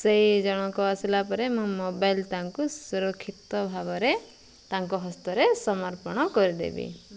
ସେଇ ଜଣକ ଆସିଲା ପରେ ମୁଁ ମୋବାଇଲ୍ ତାଙ୍କୁ ସୁରକ୍ଷିତ ଭାବରେ ତାଙ୍କ ହସ୍ତରେ ସମର୍ପଣ କରିଦେବି